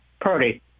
Purdy